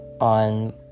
on